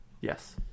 Yes